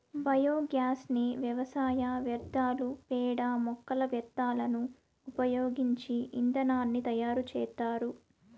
biogas ని వ్యవసాయ వ్యర్థాలు, పేడ, మొక్కల వ్యర్థాలను ఉపయోగించి ఇంధనాన్ని తయారు చేత్తారు